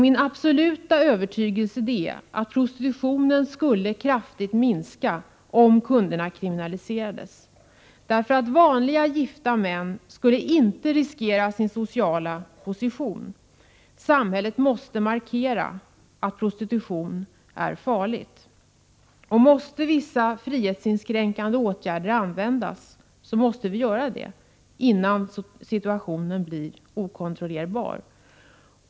Min absoluta övertygelse är att prostitutionen kraftigt skulle minska om kunderna kriminaliserades. Vanliga gifta män skulle inte riskera sin sociala position. Samhället måste markera att prostitution är något farligt. Och om vissa frihetsinskränkande åtgärder blir nödvändiga så måste de vidtas nu, innan situationen blir okontrollerbar.